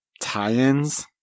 tie-ins